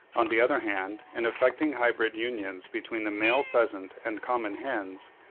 on the other hand, in effecting hybrid unions between the male pheasant and common hens,